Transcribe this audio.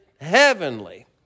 heavenly